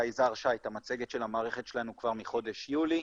יזהר שי את המצגת של המערכת שלנו כבר מחודש יולי.